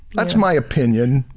that's my opinion.